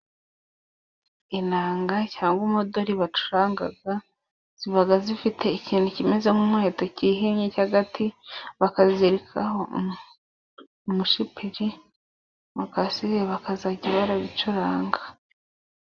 Inanga cyangwa umuduri bacuranga，ziba zifite ikintu kimeze nk'umuheto kihinnye，cy'agati，bakazizirikaho umushipiri，ni uko ahasigaye bakazajya barabicuranga.